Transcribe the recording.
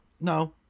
no